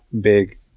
big